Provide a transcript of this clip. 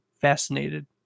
fascinated